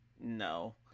no